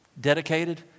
Dedicated